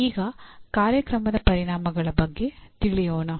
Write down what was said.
ಈಗ ಕಾರ್ಯಕ್ರಮದ ಪರಿಣಾಮಗಳ ಬಗ್ಗೆ ತಿಳಿಯೋಣ